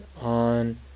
on